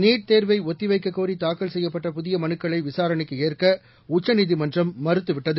NEET தேர்வை ஒத்தி வைக்கக் கோரி தாக்கல் செய்யப்பட்ட புதிய மனுக்களை விசாரணைக்கு ஏற்க உச்சநீதிமன்றம் மறுத்துவிட்டது